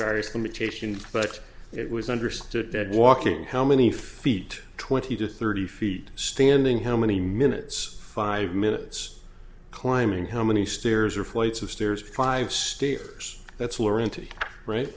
areas limitation but it was understood that walking how many feet twenty to thirty feet standing how many minutes five minutes climbing how many stairs or flights of stairs five staters